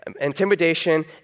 intimidation